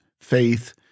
faith